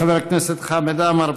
חבר הכנסת חמד עמאר,